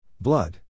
Blood